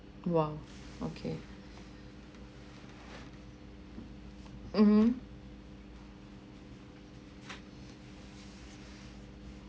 !wow! okay mmhmm